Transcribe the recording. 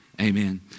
Amen